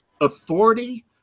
authority